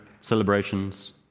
celebrations